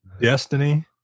Destiny